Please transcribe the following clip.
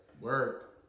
work